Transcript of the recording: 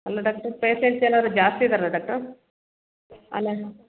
ಅಲ್ಲ doctor patients ಏನಾದ್ರೂ ಜಾಸ್ತಿ ಇದ್ದಾರಾ ಡಾಕ್ಟರ್ ಅಲ್ಲ